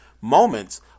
moments